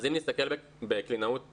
אז אם נסתכל בקלינאות תקשורת,